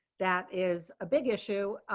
that is a big issue.